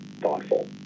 thoughtful